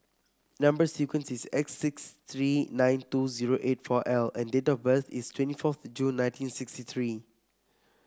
number sequence is S six three nine two zero eight four L and date of birth is twenty fourth June nineteen sixty three